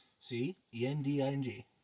C-E-N-D-I-N-G